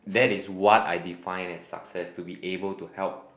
that is what I define as success to be able to help